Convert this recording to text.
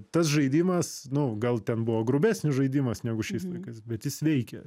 tas žaidimas nu gal ten buvo grubesnis žaidimas negu šiais laikais bet jis veikia